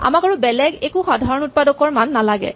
আমাক আৰু বেলেগ একো সাধাৰণ উৎপাদকৰ মান নালাগে